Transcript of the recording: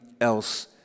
else